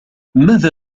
ماذا